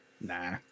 nah